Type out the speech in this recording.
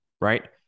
right